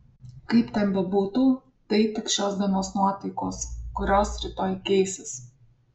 kaip ten bebūtų tai tik šios dienos nuotaikos kurios rytoj keisis